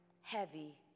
heavy